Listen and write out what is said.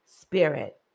Spirit